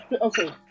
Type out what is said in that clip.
Okay